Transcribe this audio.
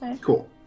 Cool